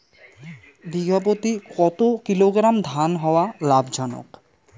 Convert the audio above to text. বিঘা প্রতি কতো কিলোগ্রাম ধান হওয়া লাভজনক?